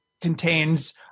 contains